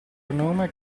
enorme